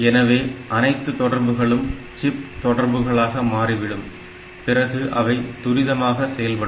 எனவே அனைத்து தொடர்புகளும் சிப் தொடர்புகளாக மாறிவிடும் பிறகு அவை துரிதமாக செயல்படும்